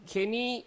Kenny